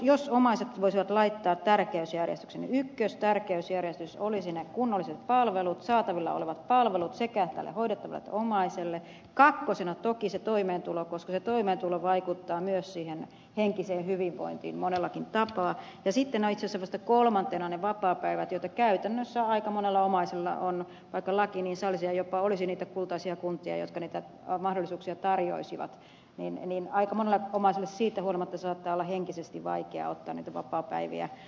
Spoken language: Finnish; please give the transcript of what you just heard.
jos omaiset voisivat laittaa asioita tärkeysjärjestykseen niin ykkösenä tärkeysjärjestyksessä olisivat ne kunnolliset palvelut saatavilla olevat palvelut sekä tälle hoidettavalle että omaiselle kakkosena olisi toki se toimeentulo koska se toimeentulo vaikuttaa myös siihen henkiseen hyvinvointiin monellakin tapaa ja sitten itse asiassa vasta kolmantena olisivat ne vapaapäivät joita käytännössä aika monella omaisella on ja vaikka laki niin sallisi ja jopa olisi niitä kultaisia kuntia jotka niitä mahdollisuuksia tarjoaisivat niin aika monelle omaiselle siitä huolimatta saattaa olla henkisesti vaikeaa ottaa näitä vapaapäiviä